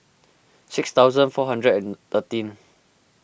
six thousand four hundred and thirteen